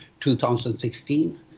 2016